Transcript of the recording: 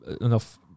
enough